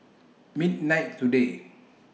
midnight today